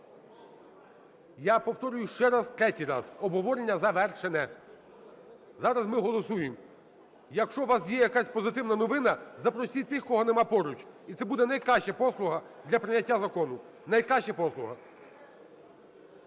Я повторюю ще раз, третій раз, обговорення завершене, зараз ми голосуємо. Якщо у вас є якась позитивна новина, запросіть тих, кого нема поруч і це буде найкраща послуга для прийняття закону, найкраща послуга.